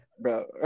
Bro